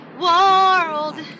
World